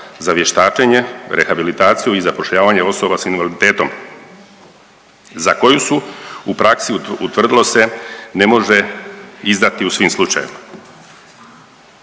za vještačenje, rehabilitaciju i zapošljavanje osoba sa invaliditetom za koju su u praksi utvrdilo se ne može izdati u svim slučajevima.